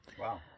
Wow